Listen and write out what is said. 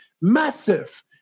massive